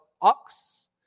ox